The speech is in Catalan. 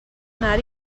anar